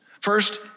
First